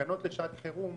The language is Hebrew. התקנות לשעת חירום